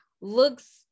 looks